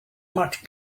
much